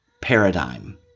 paradigm